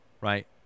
right